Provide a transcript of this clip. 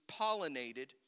pollinated